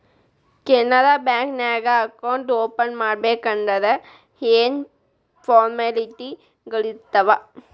Canara bank ನ್ಯಾಗ account open ಮಾಡ್ಬೇಕಂದರ ಯೇನ್ ಫಾರ್ಮಾಲಿಟಿಗಳಿರ್ತಾವ?